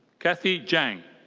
kathy zhang.